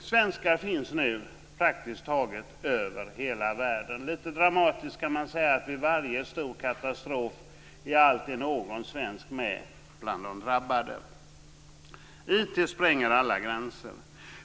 Svenskar finns nu praktiskt taget över hela världen. Lite dramatiskt kan man säga att vid varje stor katastrof är alltid någon svensk med bland de drabbade. IT spränger alla gränser.